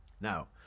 Now